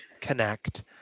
connect